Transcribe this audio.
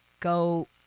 go